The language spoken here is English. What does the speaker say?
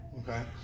Okay